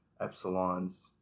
epsilons